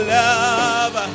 love